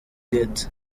get